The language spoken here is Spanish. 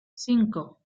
cinco